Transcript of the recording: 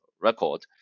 record